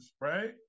right